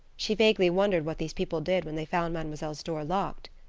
she vaguely wondered what these people did when they found mademoiselle's door locked.